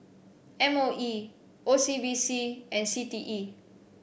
M O E O C B C and C T E